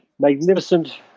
magnificent